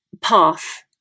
path